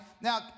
Now